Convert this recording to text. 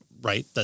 right